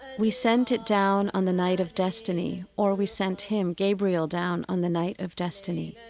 we sent it down on the night of destiny or we sent him, gabriel, down on the night of destiny.